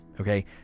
Okay